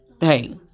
Hey